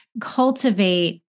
cultivate